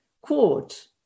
quote